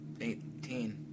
eighteen